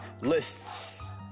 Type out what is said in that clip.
Lists